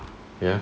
ya